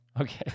okay